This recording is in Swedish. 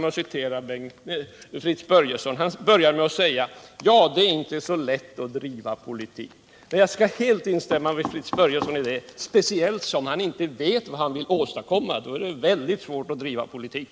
Fritz Börjesson började sitt anförande med att säga att det inte är så lätt att driva politik. Jag skall helt instämma med Fritz Börjesson i detta, speciellt som han inte vet vad han vill åstadkomma. Då är det väldigt svårt att driva politik.